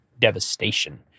devastation